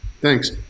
Thanks